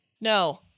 No